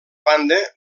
banda